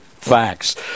facts